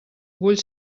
vull